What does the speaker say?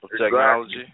Technology